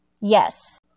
Yes